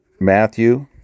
Matthew